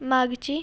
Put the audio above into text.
मागची